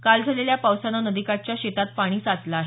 काल झालेल्या पावसानं नदीकाठच्या शेतात पाणी साचलं आहे